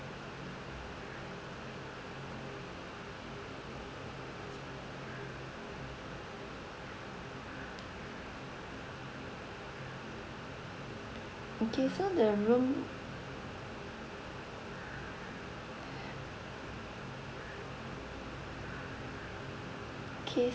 okay so the room okay